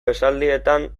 esaldietan